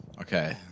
Okay